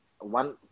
one